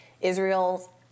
Israel